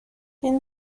این